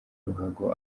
ruhago